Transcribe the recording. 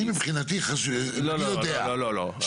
אני מבחינתי יודע שעל כל פקח שיש לי --- לא לא לא,